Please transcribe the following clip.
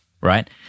right